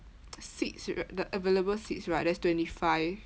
seats right the available seats right there's twenty five